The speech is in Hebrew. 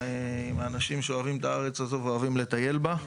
האנשים שאוהבים את הארץ הזאת ואוהבים לטייל בה.